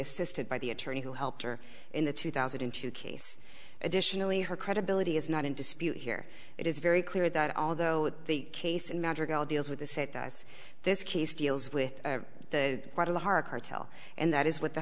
assisted by the attorney who helped her in the two thousand and two case additionally her credibility is not in dispute here it is very clear that although the case in madrigal deals with the set us this case deals with the cartel and that is what the